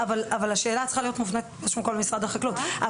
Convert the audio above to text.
השאלה צריכה להיות מופנית קודם כל למשרד החקלאות.